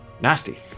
Nasty